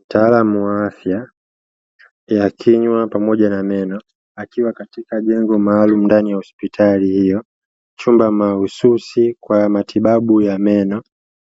Mtaalamu wa afya ya kinywa pamoja na meno, akiwa katika jengo maalumu ndani ya hospitali hiyo, chumba mahususi kwa matibabu ya meno